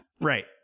Right